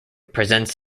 presents